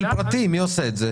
מי עושה את זה?